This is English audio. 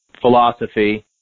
philosophy